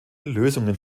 lösungen